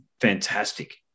fantastic